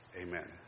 Amen